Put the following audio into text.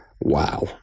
Wow